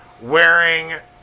wearing